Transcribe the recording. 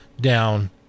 down